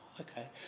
okay